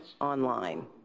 online